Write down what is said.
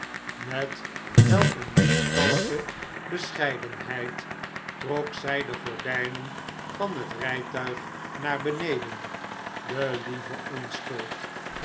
met welk een lieftallige bescheidenheid trok zij de gordijnen van het rijtuig naar beneden de lieve onschuld